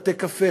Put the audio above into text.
בתי-קפה,